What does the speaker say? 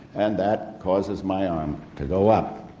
and that causes my arm to go up.